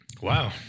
Wow